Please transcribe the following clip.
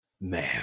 Man